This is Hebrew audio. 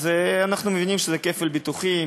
אז אנחנו מבינים שזה כפל ביטוחים.